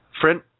Friend